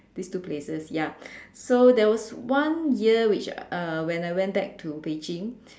these two places ya so there was one year which uh when I went back to Beijing